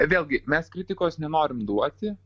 vėlgi mes kritikos nenorim duoti